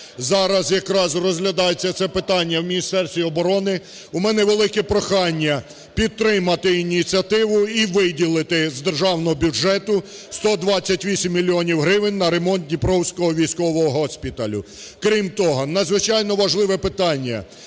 Зараз якраз розглядається це питання в Міністерстві оброни. У мене велике прохання підтримати ініціативу і виділити з державного бюджету 128 мільйонів гривень на ремонт Дніпровського військового госпіталю. Крім того, надзвичайно важливе питання